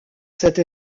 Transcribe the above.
cette